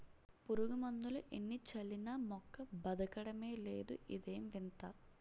పురుగుమందులు ఎన్ని చల్లినా మొక్క బదకడమే లేదు ఇదేం వింత?